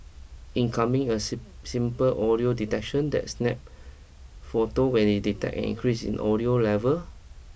in coming a simple audio detection that snap photo when it detect an increase in audio level